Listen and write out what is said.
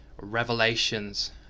revelations